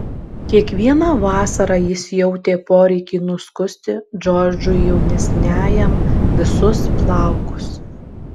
kiekvieną vasarą jis jautė poreikį nuskusti džordžui jaunesniajam visus plaukus